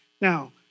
Now